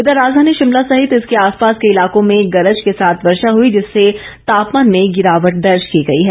इधर राजधानी शिमला सहित इसके आसपास के इलाकों में गरज के साथ वर्षा हुई जिससे तापमान में गिरावट दर्ज की गई है